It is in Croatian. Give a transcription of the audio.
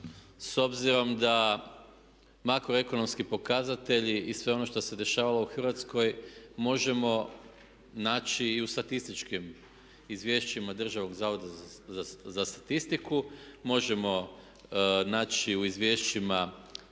s obzirom da makro ekonomski pokazatelji i sve ono što se dešavalo u Hrvatskoj možemo naći i u statističkim izvješćima Državnog zavoda za statistiku, možemo naći u izvješćima